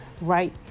right